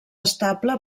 estable